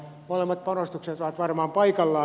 molemmat panostukset ovat varmaan paikallaan